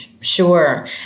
Sure